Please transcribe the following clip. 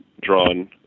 drawn